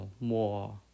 more